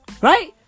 Right